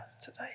today